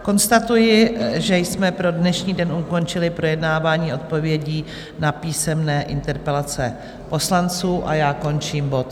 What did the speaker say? Konstatuji, že jsme pro dnešní den ukončili projednávání odpovědí na písemné interpelace poslanců a končím bod 136.